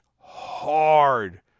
hard